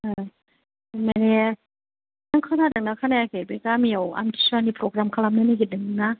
मानि नों खोनादों नों खोनायाखै बे गामियाव आमथिसुवानि प्रग्राम खालामनो नागिरदों ना